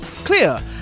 clear